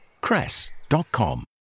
cress.com